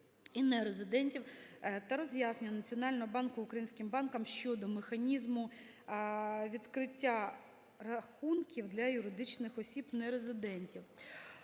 та роз'яснення Національного банку українським банкам щодо механізму відкриття рахунків для юридичних осіб-нерезидентів.